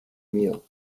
meal